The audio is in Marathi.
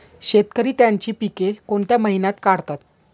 शेतकरी त्यांची पीके कोणत्या महिन्यात काढतात?